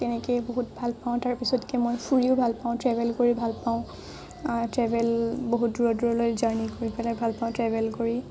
তেনেকৈ বহুত ভাল পাওঁ তাৰপিছতকে মই ফুৰিও ভাল পাওঁ ট্ৰেভেল কৰি ভাল পাওঁ ট্ৰেভেল বহুত দূৰৰ দূৰলৈ জাৰ্ণি কৰি পেলাই ভাল পাওঁ ট্ৰেভেল কৰি